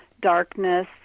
darkness